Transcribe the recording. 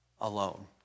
alone